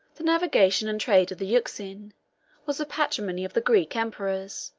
the navigation and trade of the euxine was the patrimony of the greek emperors,